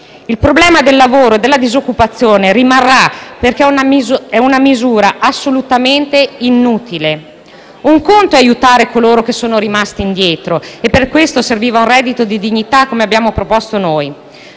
Il problema del lavoro e della disoccupazione rimarrà, perché è una misura assolutamente inutile. Diverso sarebbe stato aiutare coloro che sono rimasti indietro (e per questo serviva un reddito di dignità, come quello che abbiamo proposto noi).